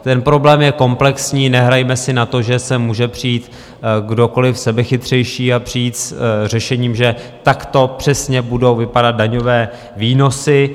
Ten problém je komplexní, nehrajme si na to, že může přijít kdokoliv sebechytřejší a přijít s řešením, že takto přesně budou vypadat daňové výnosy.